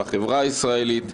בחברה הישראלית,